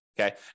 Okay